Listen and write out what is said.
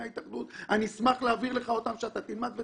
ההתאחדות ואני אשמח להעביר לך שתקרא ותלמד,